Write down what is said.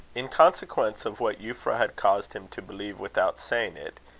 in consequence of what euphra had caused him to believe without saying it,